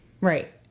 Right